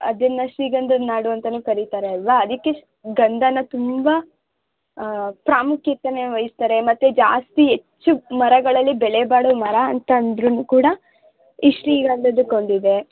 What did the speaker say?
ಅದನ್ನು ಶ್ರೀಗಂಧದ ನಾಡು ಅಂತನೂ ಕರೀತಾರಲ್ಲವಾ ಅದಕ್ಕೆ ಗಂಧನಾ ತುಂಬ ಪ್ರಾಮುಖ್ಯತೇನ ವಹಿಸ್ತಾರೆ ಮತ್ತು ಜಾಸ್ತಿ ಹೆಚ್ಚು ಮರಗಳಲ್ಲಿ ಬೆಲೆ ಬಾಳುವ ಮರ ಅಂತಂದ್ರು ಕೂಡ ಈ ಶ್ರೀಗಂಧದಕ್ಕೆ ಹೊಂದಿದೆ